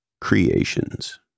creations